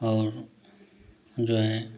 और जो हैं